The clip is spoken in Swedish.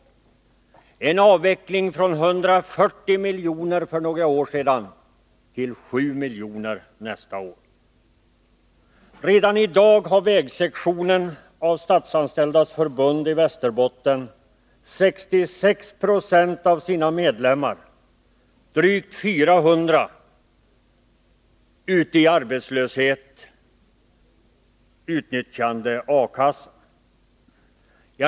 Det innebär en avveckling från 140 milj.kr. för några år sedan till 7 milj.kr. nästa år. Redan i dag gäller för vägsektionen av Statsanställdas förbund i Västerbotten att 66 20 av dess medlemmar, drygt 400, är arbetslösa och tvingas utnyttja A-kassan.